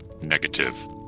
Negative